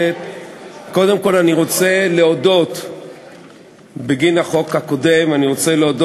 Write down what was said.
אני מבקש להודות לשותפים המקצועיים שליוו את